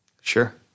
Sure